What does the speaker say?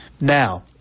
now